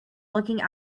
looking